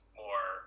more